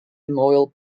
memorial